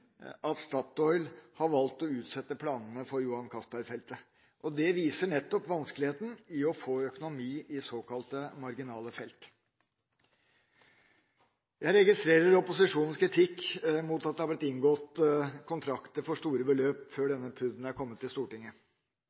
Statoil valgte å utsette planene for Johan Castberg-feltet, og det viser nettopp vanskeligheten med å få økonomi i såkalt marginale felt. Jeg registrerer opposisjonens kritikk mot at det har blitt inngått kontrakter for store beløp før denne PUD-en er kommet til Stortinget.